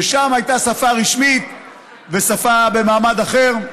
ששם הייתה שפה רשמית ושפה במעמד אחר.